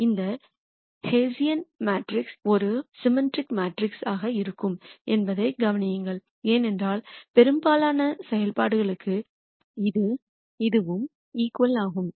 இந்த ஹெஸியன் ஒரு சிமிட்ட்ரிக் மேட்ரிக்ஸாக இருக்கும் என்பதையும் கவனியுங்கள் ஏனென்றால் பெரும்பாலான செயல்பாடு களுக்கு இது இதுவும் இஃகுவல் ஆகும்